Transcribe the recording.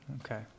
Okay